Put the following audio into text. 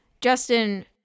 Justin